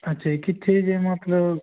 ਅੱਛਾ ਜੀ ਕਿੱਥੇ ਜਿਹੇ ਮਤਲਬ